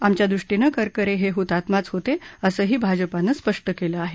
आमच्या दृष्टीनं करकरे हे हुतात्माच होते असंही भाजपानं स्पष्ट केलं आहे